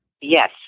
Yes